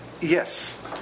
Yes